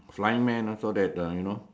flying man also that uh you know